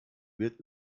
wird